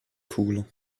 cooler